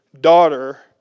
Daughter